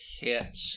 hit